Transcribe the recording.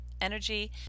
energy